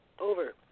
over